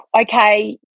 okay